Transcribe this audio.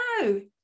no